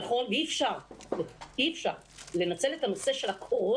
נכון ואי-אפשר לנצל את הנושא של הקורונה